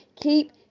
Keep